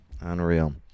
Unreal